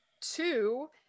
Two